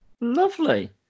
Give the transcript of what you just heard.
Lovely